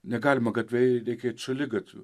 negalima gatve reikia eit šaligatviu